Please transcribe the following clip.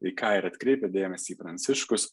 į ką ir atkreipia dėmesį pranciškus